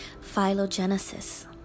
phylogenesis